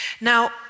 Now